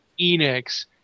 Enix